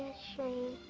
shane.